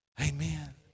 Amen